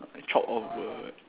chopped off